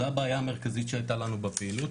זה הבעיה המרכזית שהיתה לנו בפעילות,